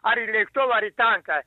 ar į lėktuvą ar į tanką